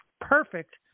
perfect